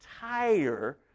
tire